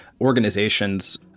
organizations